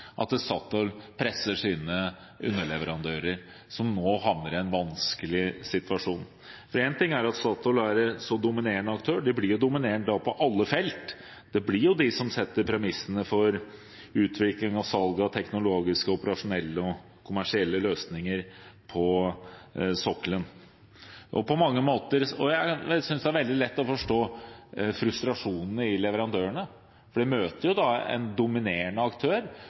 at Statoil presser sine underleverandører, som nå havner i en vanskelig situasjon. For én ting er at Statoil er en så dominerende aktør, men de blir jo da dominerende på alle felt. Det blir jo Statoil som setter premissene for utvikling og salg av teknologiske, operasjonelle og kommersielle løsninger på sokkelen. Jeg synes det er veldig lett å forstå frustrasjonen hos leverandørene, for de møter en dominerende aktør